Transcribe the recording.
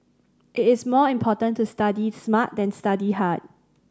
it is more important to study smart than study hard